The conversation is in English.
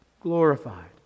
glorified